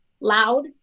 loud